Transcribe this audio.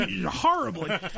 horribly